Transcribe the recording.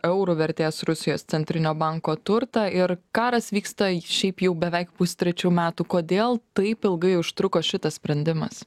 eurų vertės rusijos centrinio banko turtą ir karas vyksta šiaip jau beveik pustrečių metų kodėl taip ilgai užtruko šitas sprendimas